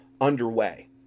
underway